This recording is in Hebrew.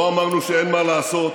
לא אמרנו שאין מה לעשות,